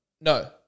No